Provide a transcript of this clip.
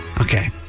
Okay